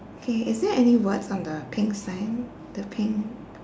okay is there any words on the pink sign the pink